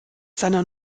seiner